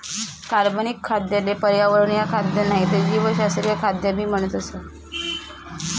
कार्बनिक खाद्य ले पर्यावरणीय खाद्य नाही ते जीवशास्त्रीय खाद्य भी म्हणतस